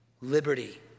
liberty